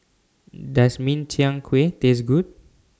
Does Min Chiang Kueh Taste Good